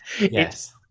yes